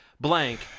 Blank